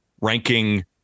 ranking